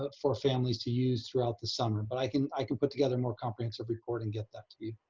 but for families to use throughout the summer. but i can i can put together more comprehensive report and get that to you.